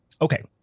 okay